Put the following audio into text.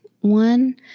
one